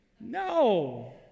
No